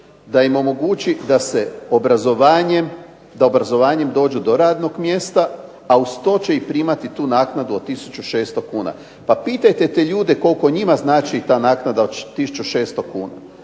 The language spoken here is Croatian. da im omogući da obrazovanjem dođu do radnog mjesta, a uz to će primati tu naknadu od tisuću 600 kn. Pa pitajte te ljude koliko njima znači ta naknada od tisuću